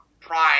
prime